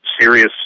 serious